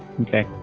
Okay